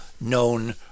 known